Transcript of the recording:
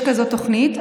יש כזאת תוכנית,